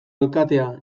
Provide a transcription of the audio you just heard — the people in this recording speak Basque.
alkatea